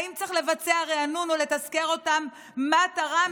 האם צריך לבצע ריענון או לתזכר אותם מה תרם